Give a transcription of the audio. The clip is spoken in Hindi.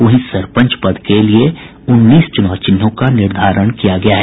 वहीं सरपंच पद के लिए उन्नीस चुनाव चिन्हों का निर्धारण किया गया है